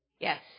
Yes